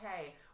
okay